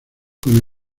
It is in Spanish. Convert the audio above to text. con